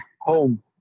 home